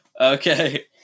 Okay